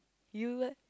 you leh